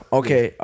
okay